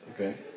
Okay